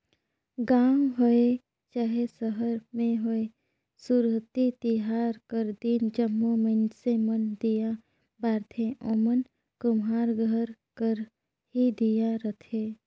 गाँव होए चहे सहर में होए सुरहुती तिहार कर दिन जम्मो मइनसे मन दीया बारथें ओमन कुम्हार घर कर ही दीया रहथें